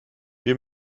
wir